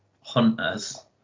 Hunters